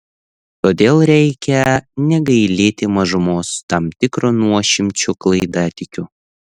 todėl reikia negailėti mažumos tam tikro nuošimčio klaidatikių